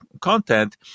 content